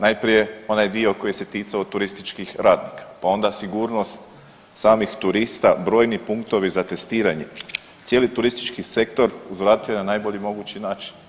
Najprije onaj dio koji se ticao turističkih radnika, pa onda sigurnost samih turista, brojni punktovi za testiranje, cijeli turistički sektor uzvratio je na najbolji mogući način.